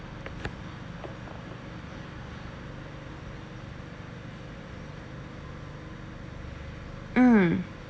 hmm